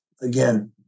Again